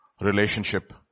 relationship